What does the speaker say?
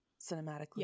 cinematically